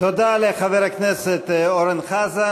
תודה לחבר הכנסת אורן חזן.